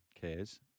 cares